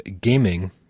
gaming